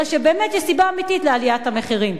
אלא באמת יש סיבה אמיתית לעליית המחירים.